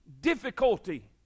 difficulty